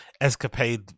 escapade